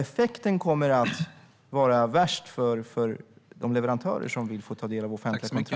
Effekten kommer att vara värst för de leverantörer som vill få ta del av det offentliga.